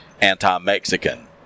anti-Mexican